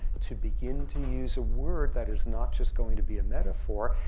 to begin to use a word that is not just going to be a metaphor.